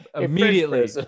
immediately